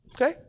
Okay